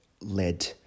led